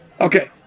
Okay